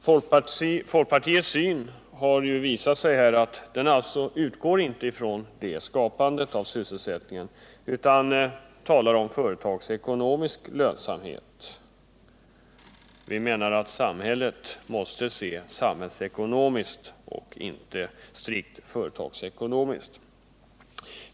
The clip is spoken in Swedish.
Det har visat sig att folkpartiets syn inte alltid utgår från skapandet av sysselsättning, utan man talar om företagsekonomisk lönsamhet. Vi menar i stället att samhället måste ses samhällsekonomiskt och inte strikt företagsekonomiskt.